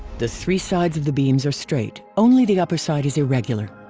the three sides of the beams are straight, only the upper side is irregular.